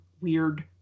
weird